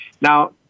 Now